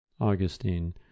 Augustine